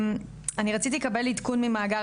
אני רציתי לקבל עדכון ממאגר,